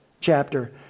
chapter